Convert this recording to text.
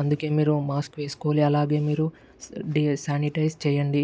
అందుకే మీరు మాస్క్ వేస్కోవాలి అలాగే మీరు డి శానిటైజ్ చెయ్యండి